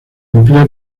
emplea